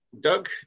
Doug